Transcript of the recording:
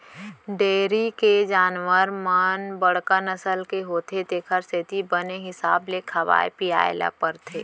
dairy के जानवर मन बड़का नसल के होथे तेकर सेती बने हिसाब ले खवाए पियाय ल परथे